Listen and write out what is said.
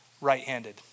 Right-handed